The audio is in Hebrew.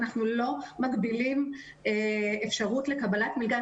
אנחנו לא מגבילים אפשרות לקבלת מלגה.